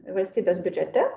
valstybės biudžete